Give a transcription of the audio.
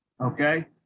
Okay